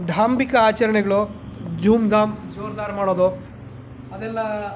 ಡಾಂಭಿಕ ಆಚರಣೆಗಳು ಧೂಮ್ ಧಾಮ್ ಜೋರ್ ದಾರ್ ಮಾಡೋದು ಅದೆಲ್ಲ